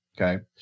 Okay